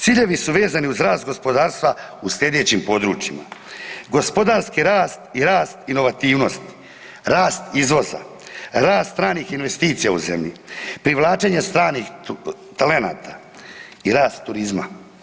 Ciljevi su vezani uz rast gospodarstva u sljedećim područjima: gospodarski rast i rast inovativnosti, rast izvoza, rast stranih investicija u zemlji, privlačenje stranih talenata i rast turizma.